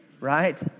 Right